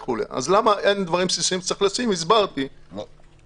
למה אין דברים בסיסיים וצריך לשים, הסברתי למה.